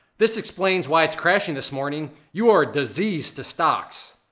this explains why it's crashing this morning. you are a disease to stocks.